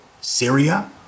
Syria